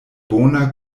bona